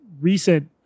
recent